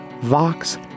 Vox